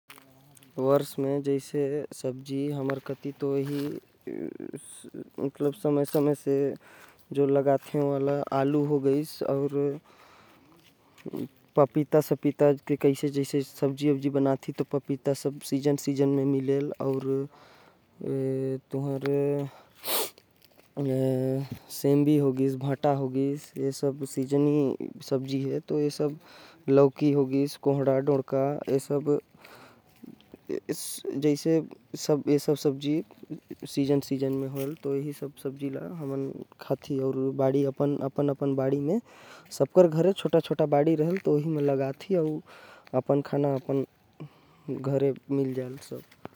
आलू, सेमी भांठा, कोहड़ा, दौड़का अउ पपीता एहि। सब जो सब्जी हवे एला हमर घरे कति उगाथे। ए सब सब्जी मन अपन आये वाला महीना म मिलथे। अउ कुछ समय के लिये ही होथे।